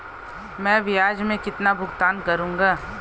मैं ब्याज में कितना भुगतान करूंगा?